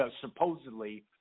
supposedly